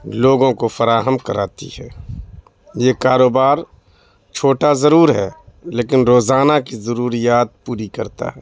لوگوں کو فراہم کراتی ہے یہ کاروبار چھوٹا ضرور ہے لیکن روزانہ کی ضروریات پوری کرتا ہے